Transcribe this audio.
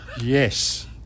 Yes